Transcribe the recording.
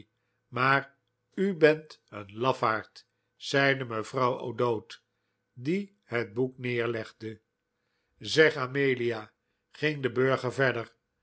maar u bent een lafaard zeide mevrouw o'dowd die het boek neerlegde zeg amelia ging de burger verder